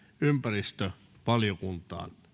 ympäristövaliokuntaan